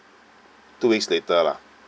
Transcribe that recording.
two weeks later lah